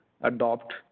adopt